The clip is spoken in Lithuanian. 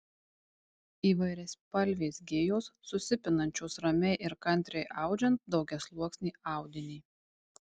įvairiaspalvės gijos susipinančios ramiai ir kantriai audžiant daugiasluoksnį audinį